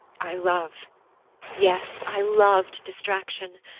i love yes, i love to distraction!